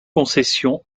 concession